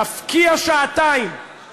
להפקיע שעתיים